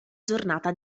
giornata